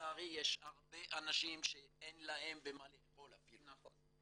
לצערי יש הרבה אנשים שאין להם מה לאכול אפילו.